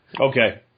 Okay